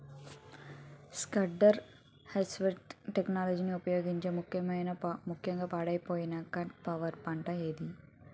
Standard harvest టెక్నాలజీని ఉపయోగించే ముక్యంగా పాడైపోయే కట్ ఫ్లవర్ పంట ఏది?